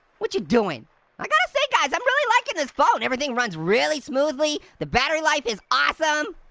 whatchu doin'? i gotta say guys, i'm really like this phone. everything runs really smoothly, the battery life is awesome.